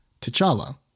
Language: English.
T'Challa